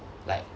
like